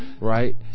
right